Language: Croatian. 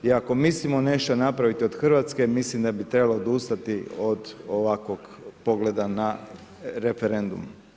I ako mislimo nešto napraviti od Hrvatske, mislim da bi trebalo odustati od ovakvog pogleda na referendum.